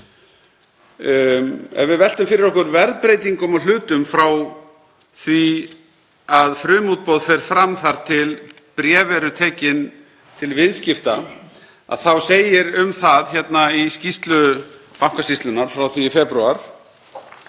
Ef við veltum fyrir okkur verðbreytingum á hlutum frá því að frumútboð fer fram þar til bréf eru tekin til viðskipta þá segir um það í skýrslu Bankasýslunnar, frá því í febrúar,